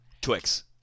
Twix